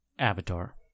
avatar